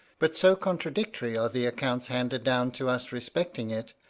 but so contradictory are the accounts handed down to us respecting it,